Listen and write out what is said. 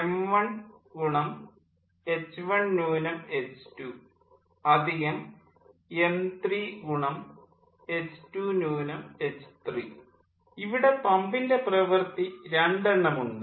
m1 m3 ഇവിടെ പമ്പിൻ്റെ പ്രവൃത്തി രണ്ടെണ്ണം ഉണ്ട്